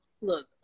look